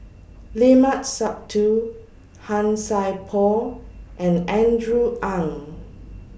Limat Sabtu Han Sai Por and Andrew Ang